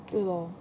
对 lor